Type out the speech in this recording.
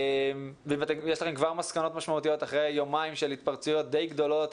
והאם יש לכם כבר מסקנות משמעותיות לאחר יומיים של התפרצויות די גדולות